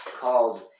Called